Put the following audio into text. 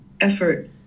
effort